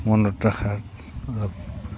মনত ৰখাত অলপ